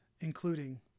including